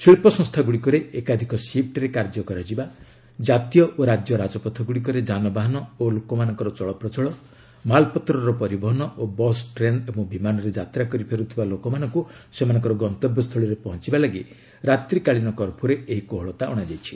ଶିଳ୍ପସଂସ୍ଥାଗୁଡ଼ିକରେ ଏକାଧିକ ସିଫୁରେ କାର୍ଯ୍ୟ କରାଯିବା ଜାତୀୟ ଓ ରାଜ୍ୟ ରାଜପଥଗୁଡ଼ିକରେ ଯାନବାହାନ ଓ ଲୋକମାନଙ୍କର ଚଳପ୍ରଚଳ ମାଲ୍ପତ୍ରର ପରିବହନ ଓ ବସ୍ ଟ୍ରେନ୍ ଏବଂ ବିମାନରେ ଯାତ୍ରା କରି ଫେରୁଥିବା ଲୋକମାନଙ୍କୁ ସେମାନଙ୍କ ଗନ୍ତବ୍ୟସ୍ଥଳୀରେ ପହଞ୍ଚିବା ଲାଗି ରାତ୍ରିକାଳୀନ କର୍ଫ୍ୟୁରେ ଏହି କୋହଳତା ଅଣାଯାଇଛି